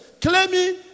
claiming